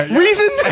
reason